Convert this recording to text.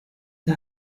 der